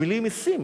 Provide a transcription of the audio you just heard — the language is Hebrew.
בלי משים